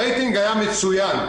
הרייטינג היה מצוין,